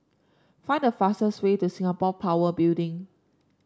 find the fastest way to Singapore Power Building